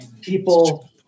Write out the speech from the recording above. people